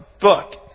book